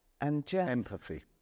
Empathy